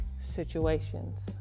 situations